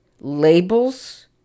labels